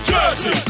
Jersey